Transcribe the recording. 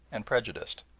and prejudiced.